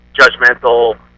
judgmental